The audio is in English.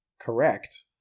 correct